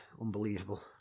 Unbelievable